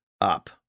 Up